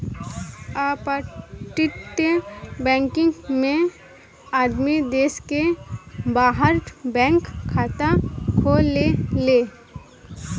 अपतटीय बैकिंग में आदमी देश के बाहर बैंक खाता खोलेले